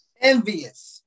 Envious